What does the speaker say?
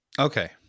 Okay